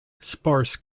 sparse